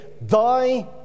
Thy